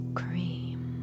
cream